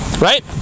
Right